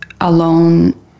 alone